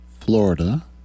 Florida